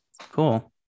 Cool